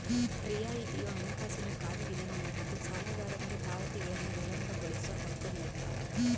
ರಿಯಾಯಿತಿಯು ಹಣಕಾಸಿನ ಕಾರ್ಯವಿಧಾನವಾಗಿದ್ದು ಸಾಲಗಾರನಿಗೆ ಪಾವತಿಗಳನ್ನು ವಿಳಂಬಗೊಳಿಸೋ ಹಕ್ಕು ನಿಡ್ತಾರ